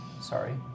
Sorry